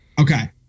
Okay